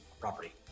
property